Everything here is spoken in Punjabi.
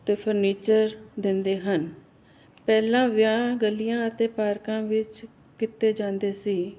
ਅਤੇ ਫਰਨੀਚਰ ਦਿੰਦੇ ਹਨ ਪਹਿਲਾਂ ਵਿਆਹ ਗਲੀਆਂ ਅਤੇ ਪਾਰਕਾਂ ਵਿੱਚ ਕੀਤੇ ਜਾਂਦੇ ਸੀ